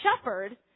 shepherd